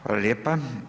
Hvala lijepa.